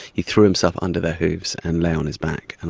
he threw himself under their hooves and lay on his back, and